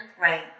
Right